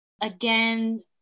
Again